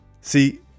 See